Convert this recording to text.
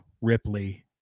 Ripley